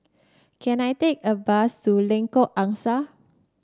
can I take a bus to Lengkok Angsa